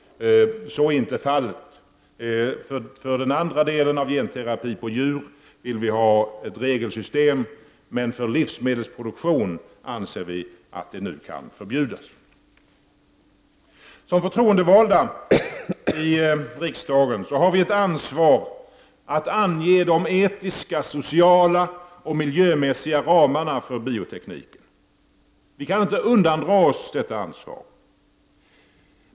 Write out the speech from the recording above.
Så är inte fallet. När det gäller den andra formen av genterapi på djur vill vi ha ett regelsystem, men när det gäller livsmedelsproduktion anser vi att det kan förbjudas. Såsom förtroendevalda i riksdagen har vi ett ansvar att ange de etiska, sociala och miljömässiga ramarna för biotekniken. Vi kan inte undandra oss detta ansvar.